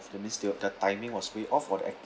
the mistakes of the timing was way off or the act~